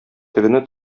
тегене